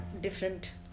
different